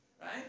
right